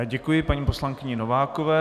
Děkuji paní poslankyni Novákové.